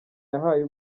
yahaye